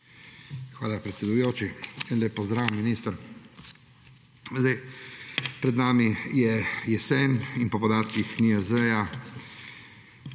Hvala, predsedujoči. Lep pozdrav, minister! Pred nami je jesen in po podatkih NIJZ